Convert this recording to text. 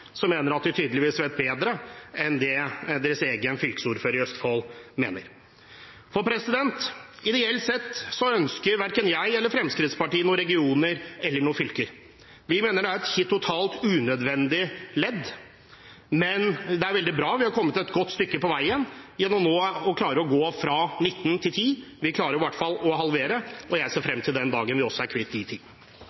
som mener at de tydeligvis vet bedre enn deres egen fylkesordfører i Østfold. Ideelt sett ønsker verken Fremskrittspartiet eller jeg noen regioner eller fylker. Vi mener det er et totalt unødvendig ledd, men det er veldig bra at vi er kommet et godt stykke på veien gjennom nå å klare å gå fra 19 til 11. Vi klarer i hvert fall å halvere, og jeg ser